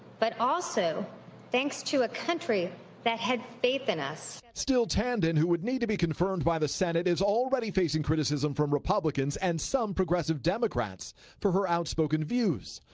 but also thanks to a country that has faith in us. reporter still tanden, who would need to be confirmed by the senate, is already facing criticism from republicans and some progressive democrats for her outspoken views.